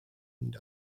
end